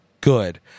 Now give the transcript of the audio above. Good